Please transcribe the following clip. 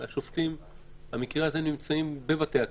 הרי השופטים במקרה הזה נמצאים בבתי הכלא.